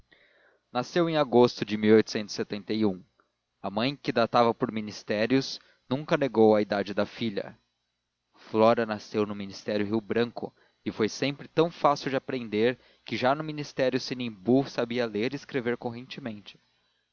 nasceu em agosto de a mãe que datava por ministérios nunca negou a idade da filha flora nasceu no ministério rio branco e foi sempre tão fácil de aprender que já no ministério sinimbu sabia ler e escrever correntemente